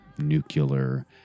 nuclear